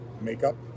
makeup